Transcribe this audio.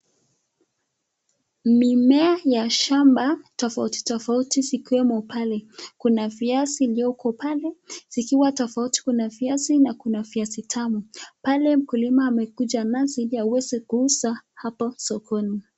Mimea ya shamba tofauti tofauti zikiwemo pale, kuna viazi ndogo pale, zikiwa tofauti, kuna viazi na tamu. Pale mkulima amekuja nazo ili aweze kuuza sokoni.